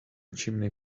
chimney